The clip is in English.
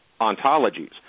ontologies